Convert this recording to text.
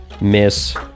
Miss